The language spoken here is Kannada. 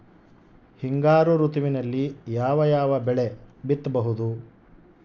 ಹಿಂಗಾರು ಋತುವಿನಲ್ಲಿ ಯಾವ ಯಾವ ಬೆಳೆ ಬಿತ್ತಬಹುದು?